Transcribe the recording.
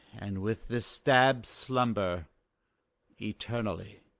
and with this stab slumber eternally.